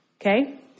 okay